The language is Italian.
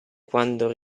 quando